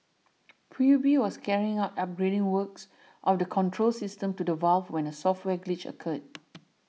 P U B was carrying out upgrading works of the control system to the valve when a software glitch occurred